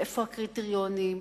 ואיפה הקריטריונים?